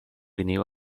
renew